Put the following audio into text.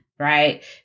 Right